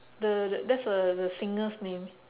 the the that's a the singer's name